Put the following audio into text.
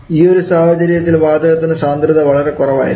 ഈയൊരു സാഹചര്യത്തിൽ വാതകത്തിന് സാന്ദ്രത വളരെ കുറവായിരിക്കും